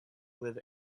with